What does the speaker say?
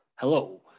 Hello